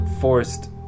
forced